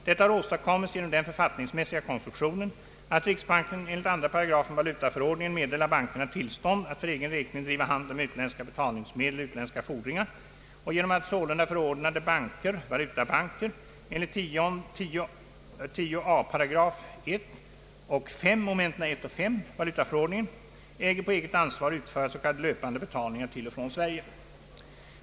Detta har åstadkommits genom den författningsmässiga konstruktionen, att riksbanken enligt 2 8 valutaförordningen meddelar bankerna tillstånd att för egen räkning driva handel med utländska betalningsmedel och utländska fordringar och genom att sålunda förordnade banker, valutabanker, enligt 10 a 8 1) och 5) valutaförordningen äger på eget ansvar utföra s.k. löpande betalningar till och från Sverige.